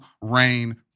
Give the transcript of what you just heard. Rain